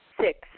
Six